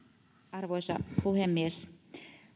arvoisa puhemies